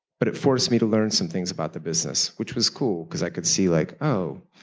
but it forced me to learn some things about the business which was cool because i could see like, oh,